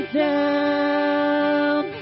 down